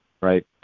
right